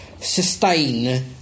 sustain